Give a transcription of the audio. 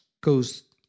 goes